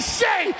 say